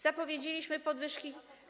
Zapowiedzieliśmy podwyżki.